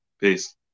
Peace